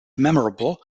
memorable